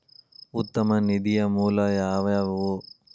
ಉತ್ತಮ ನಿಧಿಯ ಮೂಲ ಯಾವವ್ಯಾವು?